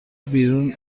بیرون